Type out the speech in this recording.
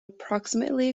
approximately